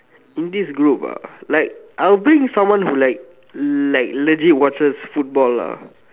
in this group ah like I'll bring someone who like like legit watches football lah